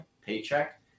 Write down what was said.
paycheck